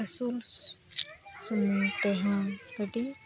ᱟᱹᱥᱩᱞ ᱥᱩᱢᱩᱝ ᱛᱮᱦᱚᱸ ᱟᱹᱰᱤ